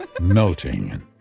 melting